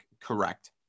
Correct